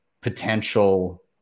potential